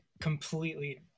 Completely